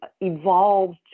evolved